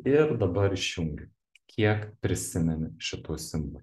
ir dabar išjungiu kiek prisimeni šitų simbolių